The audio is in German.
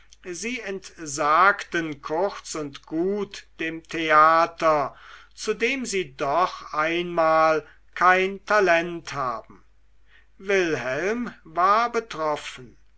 sie entsagten kurz und gut dem theater zu dem sie doch einmal kein talent haben wilhelm war betroffen